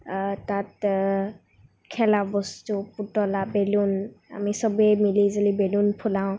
তাত খেলা বস্তু পুতলা বেলুন আমি চবেই মিলিজুলি বেলুন ফুলাওঁ